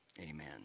amen